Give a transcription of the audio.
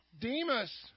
Demas